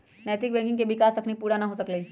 नैतिक बैंकिंग के विकास अखनी पुरा न हो सकलइ ह